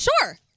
Sure